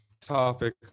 topic